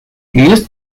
used